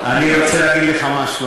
אני רוצה להגיד לך משהו,